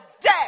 day